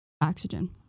oxygen